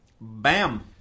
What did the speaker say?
Bam